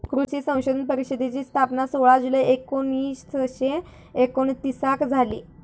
कृषी संशोधन परिषदेची स्थापना सोळा जुलै एकोणीसशे एकोणतीसाक झाली